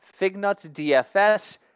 fignutsdfs